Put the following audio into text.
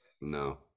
No